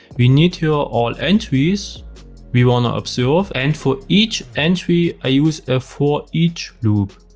we need here all entries we wanna observe and for each entry, i use a for each loop.